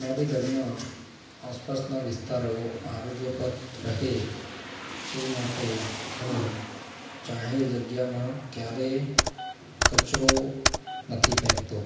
મારી ઘરના આસપાસના વિસ્તારો આરોગ્યપ્રદ રહે તે માટે હું જાહેર જગ્યામાં ક્યારેય કચરો નથી ફેંકતો